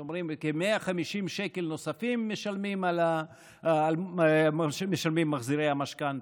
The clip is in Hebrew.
יש אומרים שכ-150 שקל נוספים משלמים מחזירי המשכנתה.